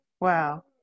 Wow